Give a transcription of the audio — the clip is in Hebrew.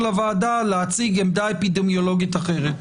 הוועדה להציג עמדה אפידמיולוגית אחרת.